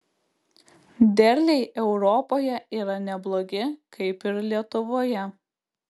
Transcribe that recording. derliai europoje yra neblogi kaip ir lietuvoje